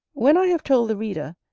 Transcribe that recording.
when i have told the reader,